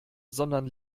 sondern